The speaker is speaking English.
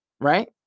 right